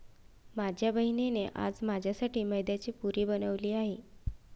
माझ्या बहिणीने आज माझ्यासाठी मैद्याची पुरी बनवली आहे